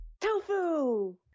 Tofu